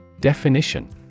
Definition